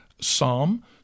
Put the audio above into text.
Psalm